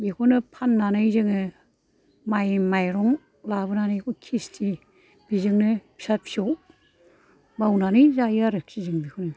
बेखौनो फाननानै जोङो माइ माइरं लाबोनानै बिखौ किसथि बिजोंनो फिसा फिसौ मावनानै जायो आरखि जों बिखौनो